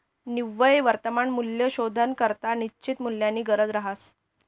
निव्वय वर्तमान मूल्य शोधानाकरता निश्चित मूल्यनी गरज रहास